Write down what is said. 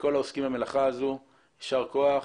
לכל העוסקים במלאכה הזו, יישר כוח,